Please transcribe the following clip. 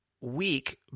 weak